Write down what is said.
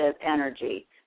energy